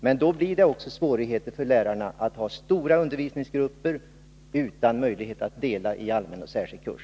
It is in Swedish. Men då blir det också svårigheter för lärarna med stora undervisningsgrupper utan möjlighet att dela i allmän och särskild kurs.